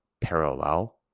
parallel